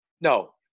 No